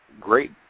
great